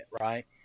right